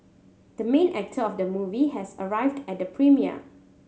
the main actor of the movie has arrived at the premiere